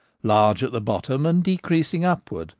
large at the bottom and decreasing upwards,